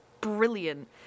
brilliant